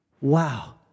Wow